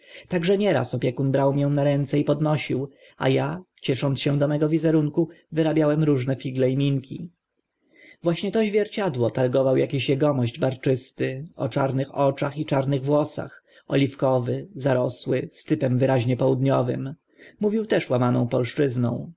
tak że nieraz opiekun brał mię fakta dziś popr forma m lm fakty zwierciadlana zagadka na ręce i podnosił a a ciesząc się do mego wizerunku wyrabiałem różne figle i minki które nadzwycza bawiły kochanego staruszka właśnie to zwierciadło targował akiś egomość barczysty o czarnych oczach i czarnych włosach oliwkowy zarosły z typem wyraźnie południowym mówił też łamaną